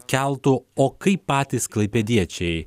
keltu o kaip patys klaipėdiečiai